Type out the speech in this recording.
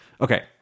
Okay